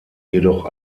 jedoch